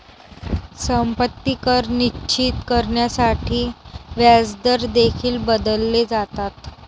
संपत्ती कर निश्चित करण्यासाठी व्याजदर देखील बदलले जातात